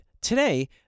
today